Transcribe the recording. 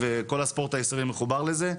וכל הספורט הישראלי מחובר לזה,